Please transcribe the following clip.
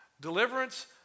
Deliverance